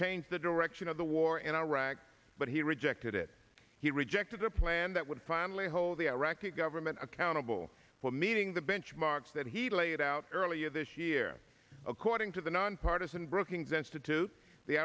change the direction of the war in iraq but he rejected it he rejected a plan that would finally hold the iraqi government accountable for meeting the benchmarks that he laid out earlier this year according to the nonpartisan brookings institute the